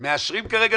אני יודע, דרגה